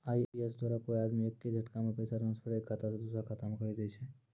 IMPS द्वारा कोय आदमी एक्के झटकामे पैसा ट्रांसफर एक खाता से दुसरो खाता मे करी दै छै